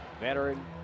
veteran